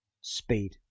speed